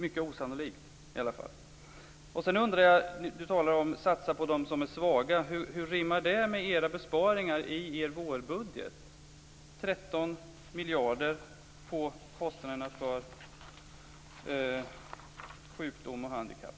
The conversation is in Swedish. Det är i alla fall mycket osannolikt. Du talar om att satsa på dem som är svaga. Hur rimmar det med besparingarna i er vårbudget, 13 miljarder på kostnaderna för sjukdom och handikapp?